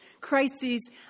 crises